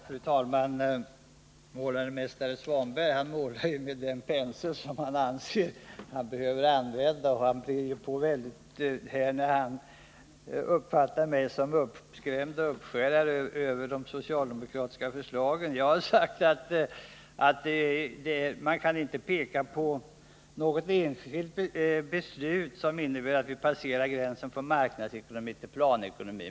Fru talman! Målarmästare Svanberg målar med den pensel som han anser sig behöva använda. Han brer på väldigt när han uppfattar mig som uppskrämd och uppskärrad av de socialdemokratiska förslagen. Jag har sagt att man inte kan peka på något enskilt beslut som innebär att vi passerar gränsen mellan marknadsekonomi och planekonomi.